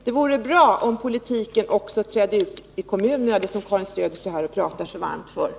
Det vore bra om den politik som Karin Söder står här och talar så varmt för också nådde ut till kommunerna.